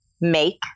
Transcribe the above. make